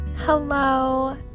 hello